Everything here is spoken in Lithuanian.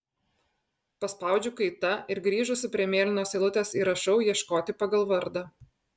paspaudžiu kaita ir grįžusi prie mėlynos eilutės įrašau ieškoti pagal vardą